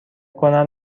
کنم